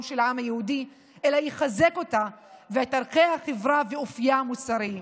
של העם היהודי אלא יחזק אותה ואת ערכי החברה ואופייה המוסרי.